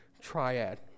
triad